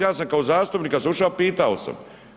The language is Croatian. Ja sam kao zastupnik slušao, pitao sam.